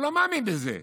הוא לא מאמין בזה.